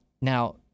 Now